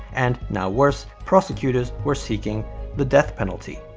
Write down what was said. and now worse, prosecutors were seeking the death penalty.